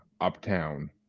Uptown